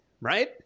Right